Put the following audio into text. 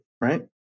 right